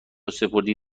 سپردی